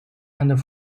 and